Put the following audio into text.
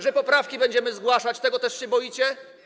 że poprawki będziemy zgłaszać, też się boicie?